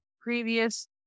previous